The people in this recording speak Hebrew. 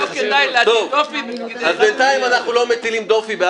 לא כדאי להטיל דופי --- אז בינתיים אנחנו לא